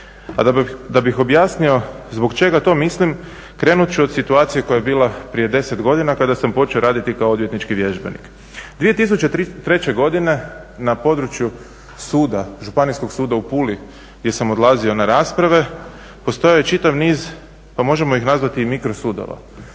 A da bih objasnio zbog čega to mislim krenut ću od situacije koja je bila prije 10 godina kada sam počeo raditi kao odvjetnički vježbenik. 2003. godine na području suda, Županijskog suda u Puli gdje sam odlazio na rasprave postojao je čitav niz pa možemo ih nazvati i mikro sudova,